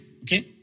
okay